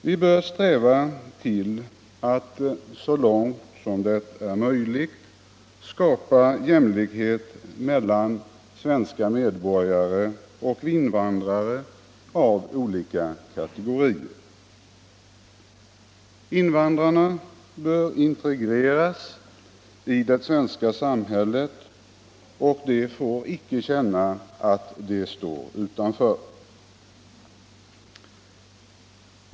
Vi bör sträva efter att så långt som det är möjligt skapa jämlikhet mellan svenska medborgare och invandrare av olika kategorier. Invandrarna bör integreras i det svenska samhället, och de får inte känna att de står utanför.